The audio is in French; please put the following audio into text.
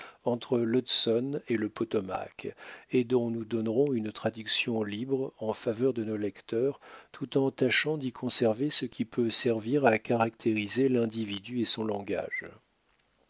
entre l'hudson et le potomac et dont nous donnerons une traduction libre en faveur de nos lecteurs tout en tâchant d'y conserver ce qui peut servir à caractériser l'individu et son langage